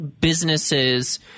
businesses